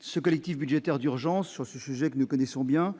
ce collectif budgétaire d'urgence sur ce sujet que nous connaissons bien,